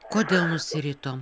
kodėl nusiritom